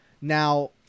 Now